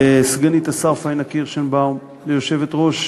לסגנית השר פאינה קירשנבאום, ליושבת-ראש